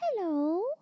Hello